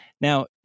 Now